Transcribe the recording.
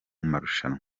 marushanwa